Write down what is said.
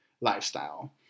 lifestyle